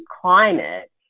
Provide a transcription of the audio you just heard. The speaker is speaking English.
climate